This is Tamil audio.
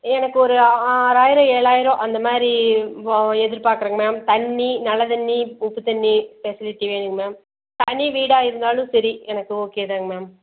எனக்கு ஒரு ஆறாயிரம் ஏழாயிரம் அந்தமாதிரி ஓ எதிர்பார்க்குறேங்க மேம் தண்ணி நல்ல தண்ணி உப்பு தண்ணி ஃபெசிலிட்டி வேணுங்க மேம் தனி வீடாக இருந்தாலும் சரி எனக்கு ஓகே தாங்க மேம்